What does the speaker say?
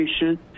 patient